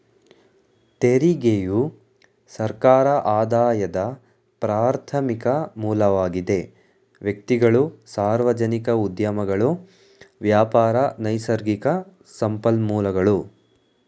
ತೆರಿಗೆಯು ಸರ್ಕಾರ ಆದಾಯದ ಪ್ರಾರ್ಥಮಿಕ ಮೂಲವಾಗಿದೆ ವ್ಯಕ್ತಿಗಳು, ಸಾರ್ವಜನಿಕ ಉದ್ಯಮಗಳು ವ್ಯಾಪಾರ, ನೈಸರ್ಗಿಕ ಸಂಪನ್ಮೂಲಗಳು